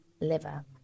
liver